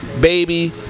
Baby